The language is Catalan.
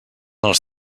els